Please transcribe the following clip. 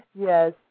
Yes